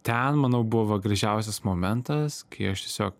ten manau buvo va gražiausias momentas kai aš tiesiog